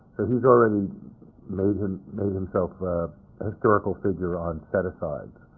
and he's already made and made himself a historical figure on set-asides.